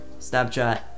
Snapchat